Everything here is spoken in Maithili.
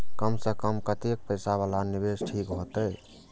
कम से कम कतेक पैसा वाला निवेश ठीक होते?